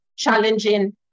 Challenging